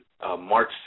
March